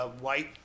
White